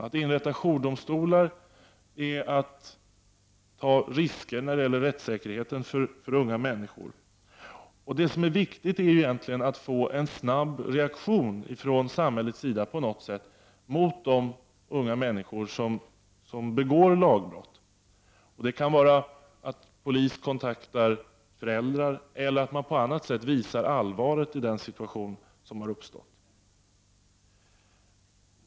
Att inrätta jourdomstolar kan innebära risker för sämre rättssäkerhet för unga människor. Det viktiga är att på något sätt få en snabb reaktion från samhället mot de unga människor som begår lagbrott. Det kan vara att polis kontaktar föräldrar eller att man på annat sätt visar allvaret i den situation som har uppstått.